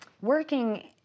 working